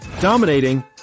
dominating